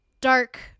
dark